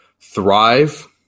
thrive